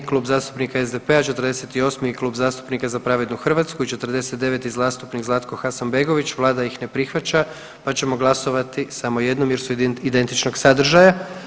Klub zastupnika SDP-a, 48., Klub zastupnika Za pravednu Hrvatsku i 49. zastupnik Zlatko Hasanbegović, Vlada ih ne prihvaća pa ćemo glasovati samo jednom jer su identičnog sadržaja.